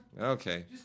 Okay